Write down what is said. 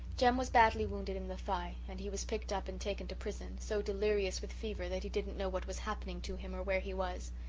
jem was badly wounded in the thigh and he was picked up and taken to prison, so delirious with fever that he didn't know what was happening to him or where he was.